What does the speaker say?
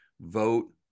vote